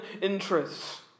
interests